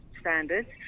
Standards